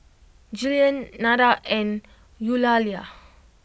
Jillian Nada and Eulalia